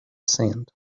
sand